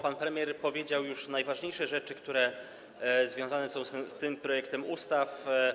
Pan premier powiedział już najważniejsze rzeczy, które związane są z tym projektem ustawy.